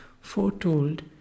foretold